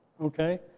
okay